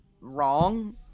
wrong